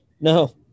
No